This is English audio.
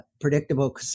Predictable